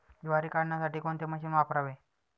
ज्वारी काढण्यासाठी कोणते मशीन वापरावे?